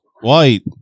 white